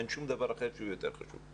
אין שום דבר אחר שהוא יותר חשוב,